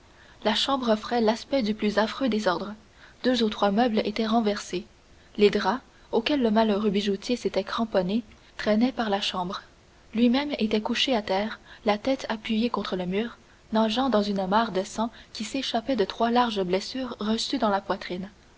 la chambre offrait l'aspect du plus affreux désordre deux ou trois meubles étaient renversés les draps auxquels le malheureux bijoutier s'était cramponné traînaient par la chambre lui-même était couché à terre la tête appuyée contre le mur nageant dans une mare de sang qui s'échappait de trois larges blessures reçues dans la poitrine